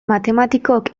matematikok